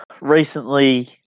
recently